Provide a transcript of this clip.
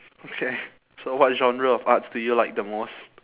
okay so what genre of arts do you like the most